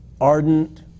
ardent